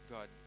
God